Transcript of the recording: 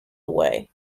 away